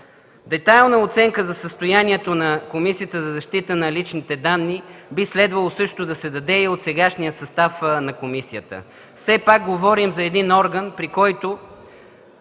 Детайлна оценка за състоянието на Комисията за защита на личните данни би следвало да се даде и от сегашния състав на комисията. Все пак говорим за един орган, при който